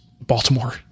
Baltimore